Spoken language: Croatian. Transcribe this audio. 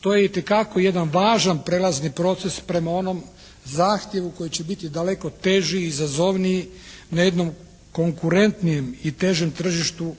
To je itekako jedan važan prelazni proces prema onom zahtjevu koji će biti daleko teži, izazovniji, na jednom konkurentnijem i težem tržištu